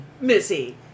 Missy